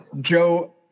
Joe